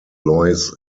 lois